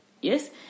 Yes